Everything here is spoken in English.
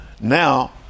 now